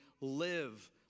live